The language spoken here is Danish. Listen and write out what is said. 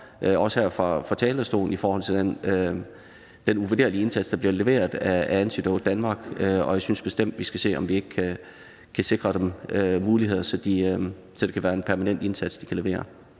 også her fra talerstolen, i forhold til den uvurderlige indsats, der bliver leveret af Antidote Danmark. Jeg synes bestemt, vi skal se, om ikke vi kan sikre dem muligheder, så det kan være en permanent indsats, de kan levere.